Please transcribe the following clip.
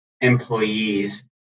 employees